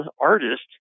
artist